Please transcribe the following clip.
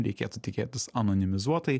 reikėtų tikėtis anonimizuotai